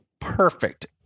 perfect